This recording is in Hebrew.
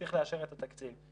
צריך לאשר את התקציב.